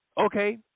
okay